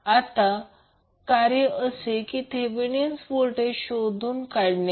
आता कार्य असे थेवेनीण व्होल्टेज शोधून काढणे